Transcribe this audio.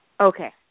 Okay